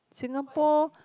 Singapore